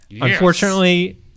Unfortunately